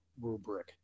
rubric